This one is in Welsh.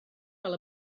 fel